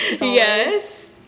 yes